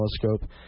Telescope